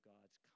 God's